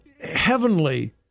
heavenly